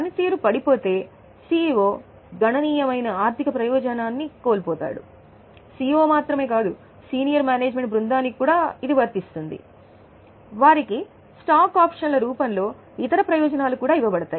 పనితీరు పడిపోతే సీఈఓ గణనీయమైన ఆర్థిక ప్రయోజనాన్ని కోల్పోతాడు సీఈఓ మాత్రమే కాదు సీనియర్ మేనేజ్మెంట్ బృందానికి కూడా ఇది నిజం వారికి స్టాక్ ఆప్షన్ల రూపంలో ఇతర ప్రయోజనాలు కూడా ఇవ్వబడతాయి